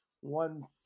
one